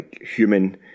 human